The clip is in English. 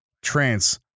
Trance